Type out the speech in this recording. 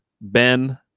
Ben